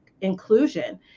inclusion